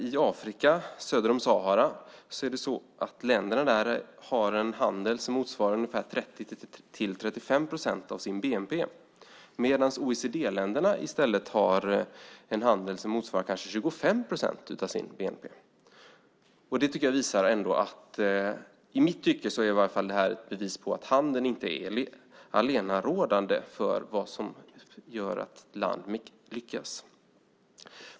Länderna söder om Sahara i Afrika har i dag en handel som motsvarar ungefär 30-35 procent av bnp medan OECD-länderna har en handel som motsvarar 25 procent av bnp. Det är i mitt tycke ett bevis på att handeln inte är allenarådande för vad som gör att länder lyckas.